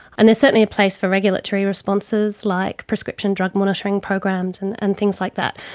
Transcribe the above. and there's certainly a place for regulatory responses, like prescription drug monitoring programs and and things like that.